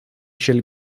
shall